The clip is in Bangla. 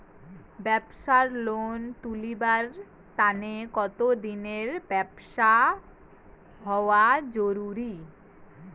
ব্যাবসার লোন তুলিবার তানে কতদিনের ব্যবসা হওয়া জরুরি?